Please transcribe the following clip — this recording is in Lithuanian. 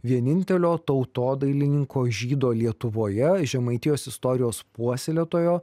vienintelio tautodailininko žydo lietuvoje žemaitijos istorijos puoselėtojo